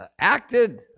acted